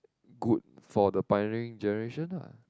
good for the pioneering generation ah